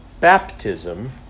baptism